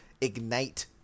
ignite